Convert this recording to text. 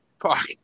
Fuck